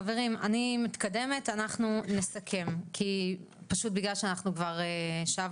חברים אני מתקדמת ואנחנו נסכם כי פשוט בגלל שאנחנו כבר שעה